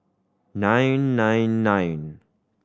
nine nine nine